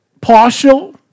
partial